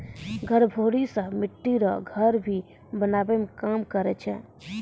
गभोरी से मिट्टी रो घर भी बनाबै मे काम करै छै